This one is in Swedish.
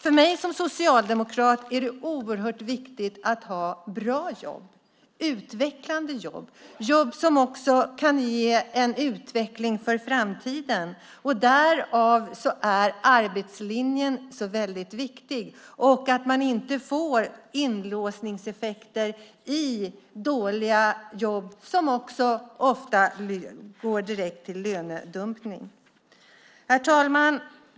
För mig som socialdemokrat är det oerhört viktigt att ha bra jobb, utvecklande jobb och jobb som också kan ge en utveckling för framtiden. Därför är arbetslinjen så väldigt viktig och att man inte får inlåsningseffekter i dåliga jobb som ofta leder direkt till lönedumpning. Herr talman!